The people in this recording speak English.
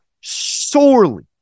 sorely